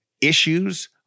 issues